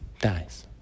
dies